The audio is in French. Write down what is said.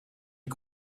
est